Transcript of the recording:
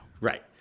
Right